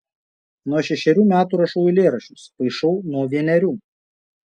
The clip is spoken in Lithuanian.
nuo šešerių metų rašau eilėraščius paišau nuo vienerių